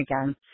again